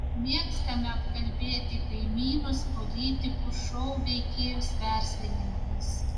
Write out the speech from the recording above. mėgstame apkalbėti kaimynus politikus šou veikėjus verslininkus